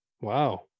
Wow